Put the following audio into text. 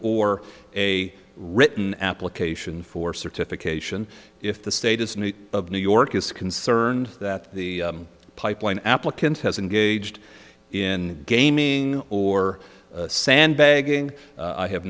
or a written application for certification if the state is new of new york is concerned that the pipeline applicant has engaged in gaming or sandbagging i have